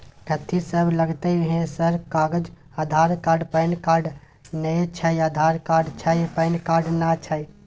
कथि सब लगतै है सर कागज आधार कार्ड पैन कार्ड नए छै आधार कार्ड छै पैन कार्ड ना छै?